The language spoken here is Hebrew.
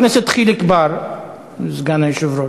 חבר הכנסת חיליק בר, סגן היושב-ראש,